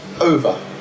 over